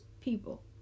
people